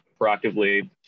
proactively